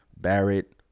Barrett